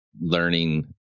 learning